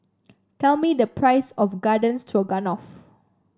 tell me the price of Garden Stroganoff